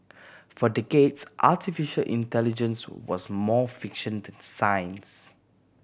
for decades artificial intelligence was more fiction than science